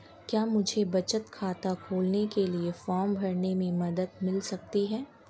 क्या मुझे बचत खाता खोलने के लिए फॉर्म भरने में मदद मिल सकती है?